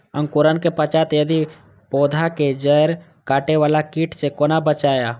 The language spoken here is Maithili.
अंकुरण के पश्चात यदि पोधा के जैड़ काटे बाला कीट से कोना बचाया?